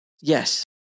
Yes